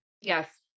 Yes